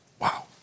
Wow